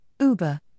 Uber